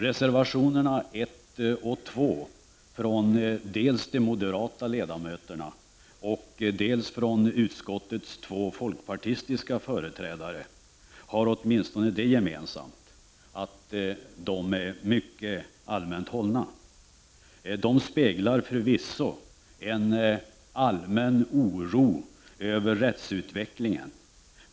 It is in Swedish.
Reservationerna 1 och 2 från dels de moderata ledamöterna, dels de två folkpartistiska företrädarna i utskottet har åtminstone det gemensamt att de är mycket allmänt hållna. De speglar förvisso en allmän oro över rättsutvecklingen.